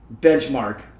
benchmark